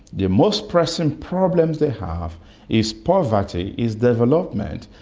the most pressing problem they have is poverty, is development.